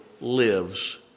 lives